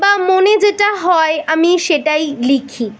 বা মনে যেটা হয় আমি সেটাই লিখি